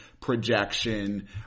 projection